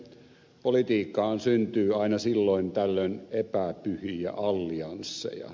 politiikkaan syntyy aina silloin tällöin epäpyhiä alliansseja